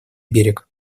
берег